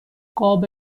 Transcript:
قاب